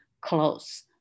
close